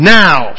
now